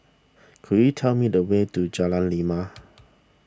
could you tell me the way to Jalan Lima